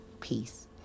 peace